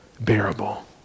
bearable